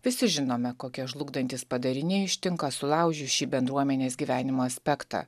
visi žinome kokie žlugdantys padariniai ištinka sulaužius šį bendruomenės gyvenimo aspektą